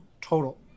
total